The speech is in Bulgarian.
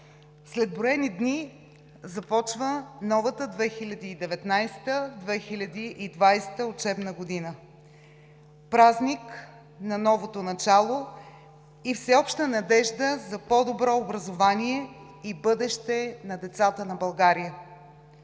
След броени дни започва новата 2019 – 2020 учебна година, празник на новото начало и всеобща надежда за по добро образование и бъдеще на децата на България.